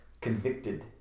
convicted